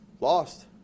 lost